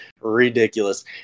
ridiculous